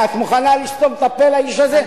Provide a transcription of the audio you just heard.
את מוכנה לסתום את הפה לאיש הזה?